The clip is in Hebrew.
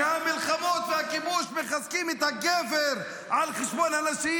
כי המלחמות והכיבוש מחזקים את הגבר על חשבון הנשים